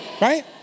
Right